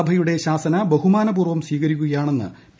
സഭയുടെ ശാസന ബഹുമാനപൂർവം സ്വീകരിക്കുകയാണെന്ന് പി